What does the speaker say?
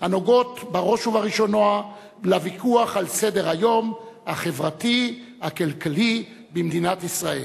הנוגעות בראש ובראשונה לוויכוח על סדר-היום החברתי-הכלכלי במדינת ישראל.